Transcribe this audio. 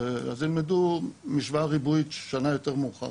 אז ילמדו משוואה ריבועית שנה יותר מאוחר,